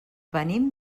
venim